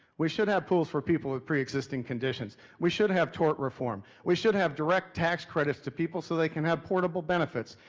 we should have pools for people with pre-existing conditions. we should have tort reform. we should have direct tax credits to people so they can have portable benefits.